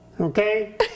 Okay